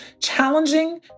challenging